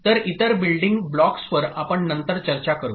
तर इतर बिल्डिंग ब्लॉक्सवर आपण नंतर चर्चा करू